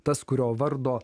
tas kurio vardo